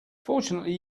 fortunately